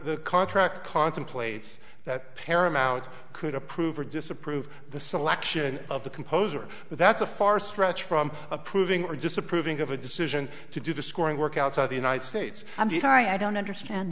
the contract contemplates that paramount could approve or disapprove the selection of the composer but that's a far stretch from approving or disapproving of a decision to do the scoring work outside the united states i'm sorry i don't understand